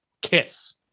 kiss